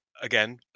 again